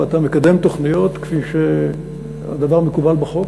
ואתה מקדם תוכניות כפי שהדבר מקובל בחוק,